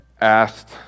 asked